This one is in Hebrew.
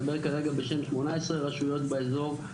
מדבר כרגע בשם 18 רשויות באזור,